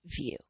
view